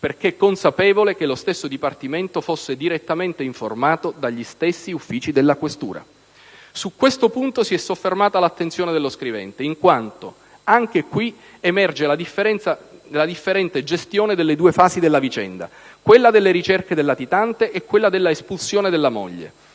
perché consapevole che lo stesso Dipartimento fosse direttamente informato dagli stessi uffici della questura. Su questo punto si è soffermata l'attenzione dello scrivente, in quanto anche qui emerge la differente gestione delle due fasi della vicenda: quella delle ricerche del latitante e quella dell'espulsione della moglie.